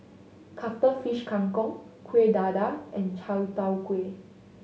Cuttlefish Kang Kong Kuih Dadar and Chai Tow Kuay